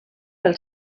pel